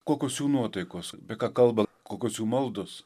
kokios jų nuotaikos apie ką kalba kokios jų maldos